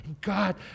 God